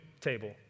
table